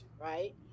right